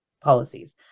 policies